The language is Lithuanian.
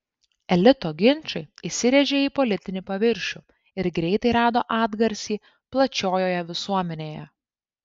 elito ginčai įsirėžė į politinį paviršių ir greitai rado atgarsį plačiojoje visuomenėje